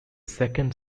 second